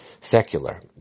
secular